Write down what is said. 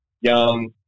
young